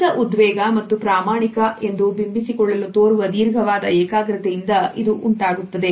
ಹೆಚ್ಚಿದ ಉದ್ವೇಗ ಮತ್ತು ಪ್ರಾಮಾಣಿಕ ಎಂದು ಬಿಂಬಿಸಿಕೊಳ್ಳಲು ತೋರುವ ದೀರ್ಘವಾದ ಏಕಾಗ್ರತೆಯಿಂದ ಇದು ಉಂಟಾಗುತ್ತದೆ